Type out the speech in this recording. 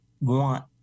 want